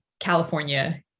California